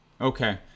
Okay